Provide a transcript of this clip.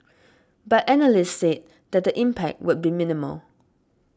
but analysts said that the impact would be minimal